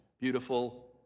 beautiful